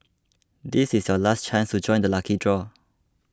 this is your last chance to join the lucky draw